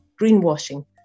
greenwashing